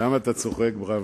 למה אתה צוחק, ברוורמן?